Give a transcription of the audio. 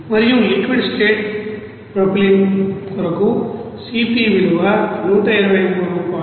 మరియు liquid state propylene కొరకు C p విలువ 123